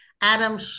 Adam